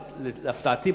להפתעתי,